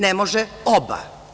Ne može oba.